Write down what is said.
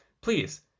Please